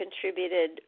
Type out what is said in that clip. contributed